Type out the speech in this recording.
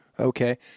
Okay